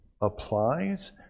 applies